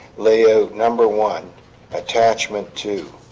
layout number one attachment two